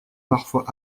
parfois